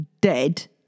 dead